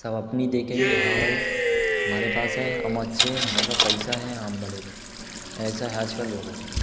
सब अपनी देखेंगे हाँ भाई हमारे पास है हम अच्छे हैं हमारे पैसा है हम बड़े लोग ऐसा है आजकल लोगों का